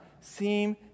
seem